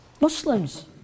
Muslims